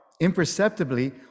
Imperceptibly